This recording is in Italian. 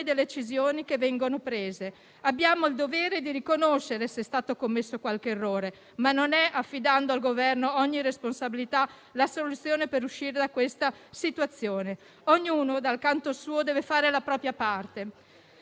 delle decisioni che vengono prese. Abbiamo il dovere di riconoscere se è stato commesso qualche errore, ma attribuire al Governo ogni responsabilità non è la soluzione per uscire da questa situazione: ognuno, dal canto suo, deve fare la propria parte.